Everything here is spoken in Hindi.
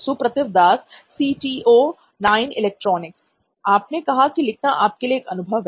सुप्रतिव दास सी टी ओ नॉइन इलेक्ट्रॉनिक्स आपने कहा कि लिखना आपके लिए एक अनुभव है